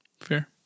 Fair